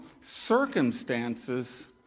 circumstances